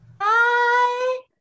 Hi